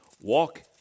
Walk